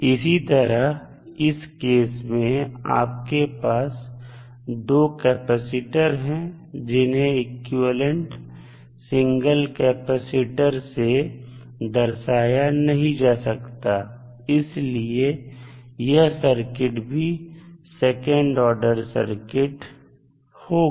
इसी तरह इस केस में आपके पास दो कैपेसिटर हैं जिन्हें इक्विवेलेंट सिंगल कैपेसिटर से दर्शाया नहीं जा सकता इसलिए यह सर्किट भी सेकंड ऑर्डर सर्किट होगी